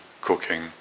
cooking